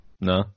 No